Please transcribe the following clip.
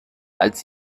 als